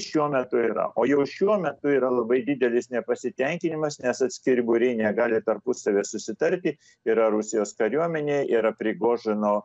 šiuo metu yra o jau šiuo metu yra labai didelis nepasitenkinimas nes atskiri būriai negali tarpusavyje susitarti yra rusijos kariuomenė yra prigožino